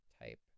type